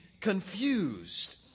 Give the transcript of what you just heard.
confused